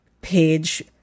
page